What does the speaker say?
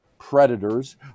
predators